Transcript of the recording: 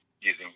using